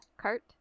cart